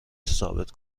ثابت